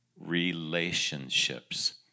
relationships